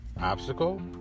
obstacle